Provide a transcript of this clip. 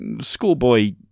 schoolboy